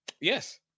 Yes